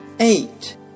Eight